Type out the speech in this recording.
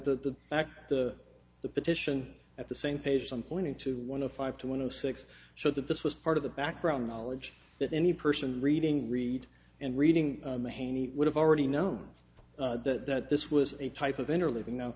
fact the the petition at the same page on pointing to one of five to one of six so that this was part of the background knowledge that any person reading read and reading would have already known that this was a type of inner living no